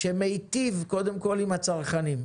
שמיטיב קודם כל עם הצרכנים.